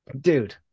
Dude